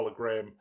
hologram